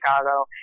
Chicago